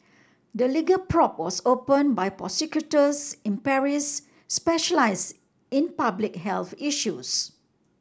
the legal probe was open by prosecutors in Paris specialise in public health issues